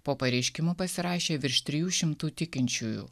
po pareiškimu pasirašė virš trijų šimtų tikinčiųjų